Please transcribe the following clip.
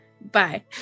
Bye